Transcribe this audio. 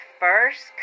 first